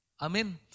Amen